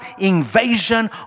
invasion